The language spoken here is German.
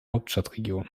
hauptstadtregion